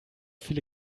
viele